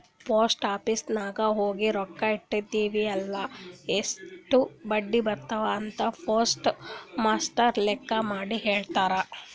post office ನಾಗ್ ಹೋಗಿ ರೊಕ್ಕಾ ಇಟ್ಟಿದಿರ್ಮ್ಯಾಲ್ ಎಸ್ಟ್ ಬಡ್ಡಿ ಬರ್ತುದ್ ಅಂತ್ ಪೋಸ್ಟ್ ಮಾಸ್ಟರ್ ಲೆಕ್ಕ ಮಾಡಿ ಹೆಳ್ಯಾರ್